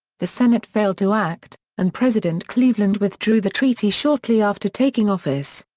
the senate failed to act, and president cleveland withdrew the treaty shortly after taking office.